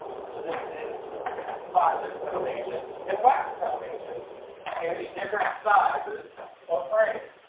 so this is plastic foundation and wax foundation and the different sizes of frames.